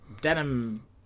denim